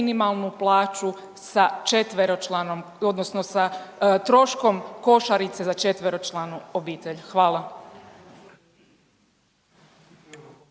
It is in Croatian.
odnosno sa troškom košarice za četveročlanu obitelj. Hvala.